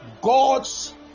God's